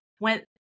went